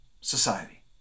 society